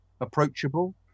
approachable